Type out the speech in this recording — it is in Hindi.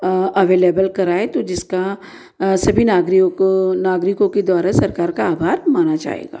अवलेबल कराए तो जिसका सभी नागरिकों नागरिकों के द्वारा सरकार का आभार माना जाएगा